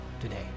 today